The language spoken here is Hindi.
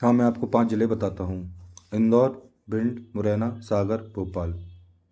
हाँ मैं आप को पाँच ज़िले बताता हूँ इंदौर भिंड मुरैना सागर भोपाल